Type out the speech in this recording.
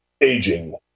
aging